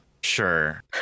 sure